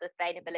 sustainability